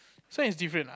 this one is different ah